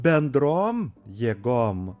bendrom jėgom